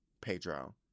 Pedro